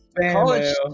College